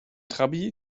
trabi